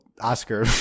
Oscar